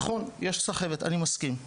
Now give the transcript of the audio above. נכון, יש סחבת, אני מסכים.